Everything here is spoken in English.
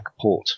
backport